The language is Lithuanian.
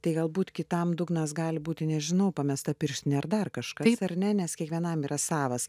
tai galbūt kitam dugnas gali būti nežinau pamesta pirštinė ar dar kažkaip ar ne nes kiekvienam yra savas